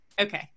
okay